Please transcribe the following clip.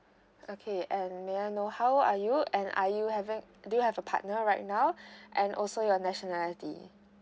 okay and may I know how old are you and are you having do you have a partner right now and also your nationality